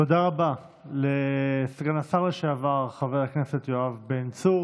תודה רבה לסגן השר לשעבר חבר הכנסת יואב בן צור.